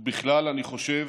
ובכלל, אני חושב